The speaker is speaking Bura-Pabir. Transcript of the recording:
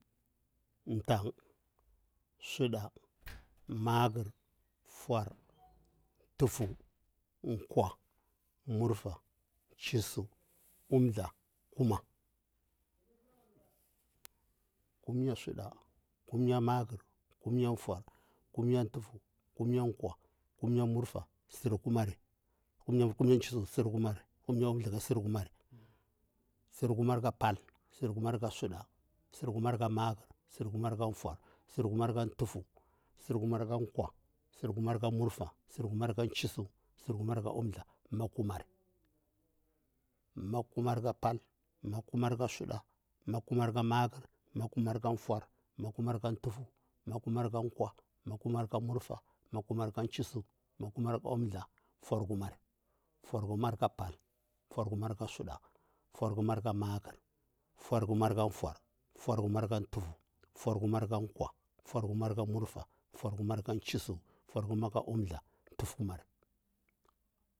Tangh, suɗa mah khar, forr, tufu ƙwa, murfa, chisu, umthla, kuma, kumya suɗa, kumya makhar, kumya fora, kumya tufu, kumya ƙwa, kumya murfa, kumya chisu kumya umthla, surkumari, surkuma ka tangh, surkama ka suɗa, surkumar ka makha, surkumar ka forr, surku mar ka tufu, surkumar ka kwa, surkumar ka murfa, surkumar ka chisu, surkumar ka umthla, makkumari, makkumarka pal, makkumar ka suɗa, makkumar ka mahkar, makkumar ka forr, makkumar ka tufu, makakumar ka ƙwa, makkumar ka murfa, makkumar ka chisu, makkumar ka umthla, forr kumari, forr kumar ka pal, forr kumar ka suɗa, forr kumar ka makhar, forr kumar ka forr, forr kumar ka tufu, forr kumar ka ƙwa, forr kumar ka murfa, forr kumar ka chisu, forr kumar ka umthla tufkumari,